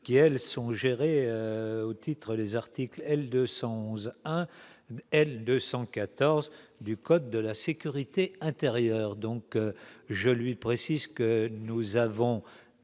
qui elles sont gérées au titre les articles L 211 1 L 214 du code de la sécurité intérieure, donc je lui précise que nous avons